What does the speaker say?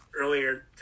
earlier